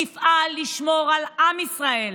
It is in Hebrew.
נפעל לשמור על עם ישראל,